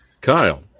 Kyle